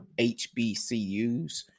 HBCUs